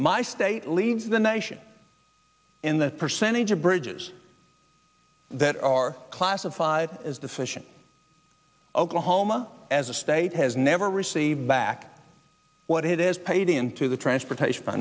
my state leads the nation in the percentage of bridges that are classified as deficient oklahoma as a state has never received back what it is paid into the transportation